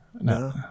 No